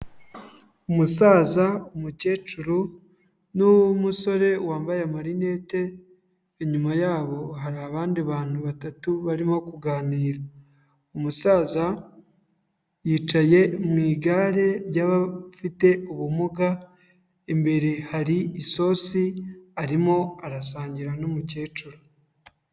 Umusaza, umukecuru n'umusore wambaye amarinete, inyuma yabo hari abandi bantu batatu barimo kuganira. Umusaza yicaye mu igare ry'abafite ubumuga, imbere hari isosi arimo arasangira n'umukecuru.